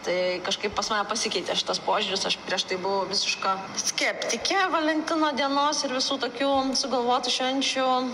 tai kažkaip pas mane pasikeitė šitas požiūris aš prieš tai buvau visiška skeptikė valentino dienos ir visų tokių sugalvotų švenčių